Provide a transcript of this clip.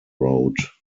road